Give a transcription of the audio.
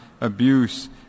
abuse